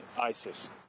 ISIS